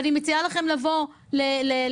ואני מציעה לכם לבוא לשלווה,